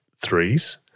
threes